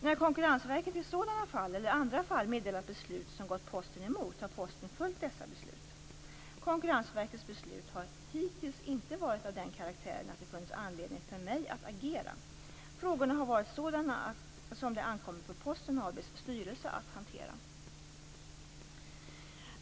När Konkurrensverket i sådana eller andra fall meddelat beslut som gått Posten emot har Posten följt dessa beslut. Konkurrensverkets beslut har hittills inte varit av den karaktären att det funnits anledning för mig att agera. Frågorna har varit sådana som det ankommit på Posten AB:s styrelse att hantera.